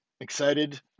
Excited